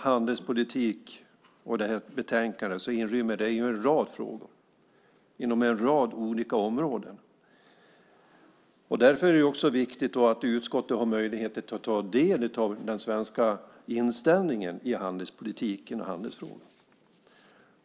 Handelspolitiken och det här betänkandet inrymmer en rad frågor inom en rad olika områden. Därför är det viktigt att vi i utskottet har möjligheter att ta del av den svenska ställningen i handelspolitiken och handelsfrågorna.